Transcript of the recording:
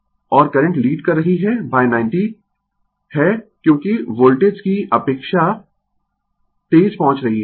Refer Slide Time 3256 और current lead कर रही है 90 है क्योंकि वोल्टेज की अपेक्षा तेज पहुँच रही है